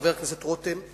חבר הכנסת רותם,